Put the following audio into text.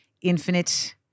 infinite